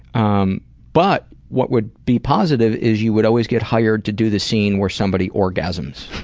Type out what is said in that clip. um but what would be positive is you would always get hired to do the scene where somebody orgasms.